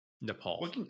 Nepal